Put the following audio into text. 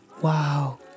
Wow